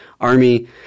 army